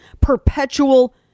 perpetual